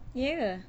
ya